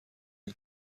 این